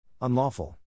unlawful